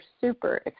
super